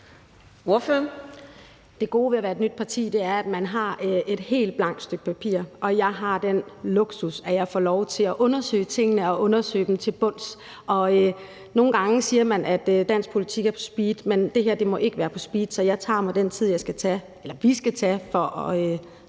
Det gode ved at være et nyt parti er, at man har et helt blankt stykke papir, og jeg har den luksus, at jeg får lov til at undersøge tingene og undersøge dem til bunds. Og nogle gange siger man, at dansk politik er på speed, men det her må ikke være på speed, så jeg tager mig den tid, jeg skal tage – eller vi skal tage – for at